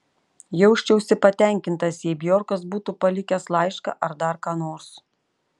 jausčiausi patenkintas jei bjorkas būtų palikęs laišką ar dar ką nors